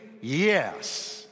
Yes